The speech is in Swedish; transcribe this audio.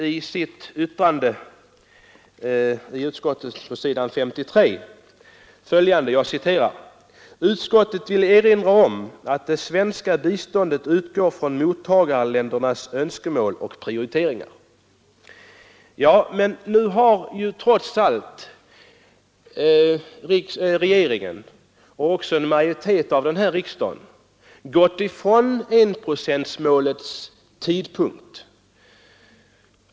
Nu skriver utskottet i sitt betänkande: ”Utskottet vill erinra om att det svenska biståndet utgår från mottagarländernas önskemål och prioriteringar.” Nu har trots allt regeringen och en majoritet i den svenska riksdagen gått ifrån den ursprungliga tidpunkten för uppnående av enprocentsmålet.